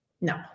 No